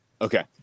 okay